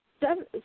seven